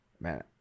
man